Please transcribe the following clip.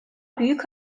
büyük